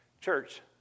Church